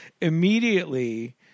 immediately